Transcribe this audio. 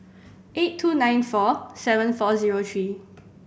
eight two nine four seven four zero three